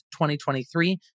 2023